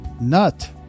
nut